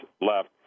left